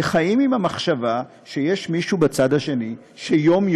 וחיים עם המחשבה שיש מישהו בצד השני שיום-יום